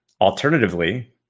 Alternatively